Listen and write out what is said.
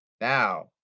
Now